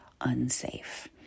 unsafe